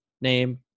name